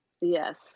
Yes